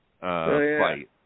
fight